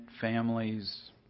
families